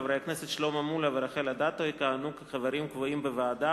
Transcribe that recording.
חברי הכנסת שלמה מולה ורחל אדטו יכהנו כחברים קבועים בוועדה,